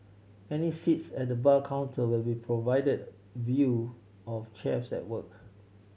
any seats at the bar counter will be provided view of chefs at work